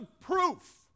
proof